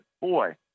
boy